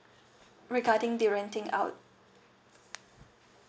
regarding the renting out